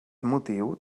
motiu